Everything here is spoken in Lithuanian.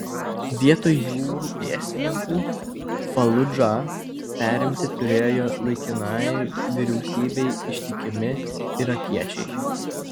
vietoj jūrų pėstininkų faludžą perimti turėjo laikinajai vyriausybei ištikimi irakiečiai